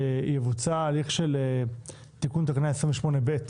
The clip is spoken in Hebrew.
שיבוצע הליך של תיקון תקנה 28ב,